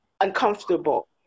uncomfortable